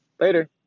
later